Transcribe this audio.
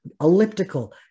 elliptical